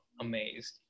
amazed